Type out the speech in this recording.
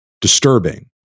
disturbing